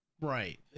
Right